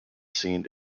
seen